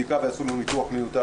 בדיקה שגויות ויעשו לאדם ניתוח מיותר,